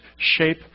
shape